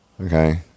okay